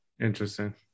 interesting